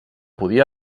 podia